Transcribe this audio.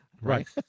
Right